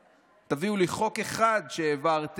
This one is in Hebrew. תביאו לי חוק אחד שהעברתם,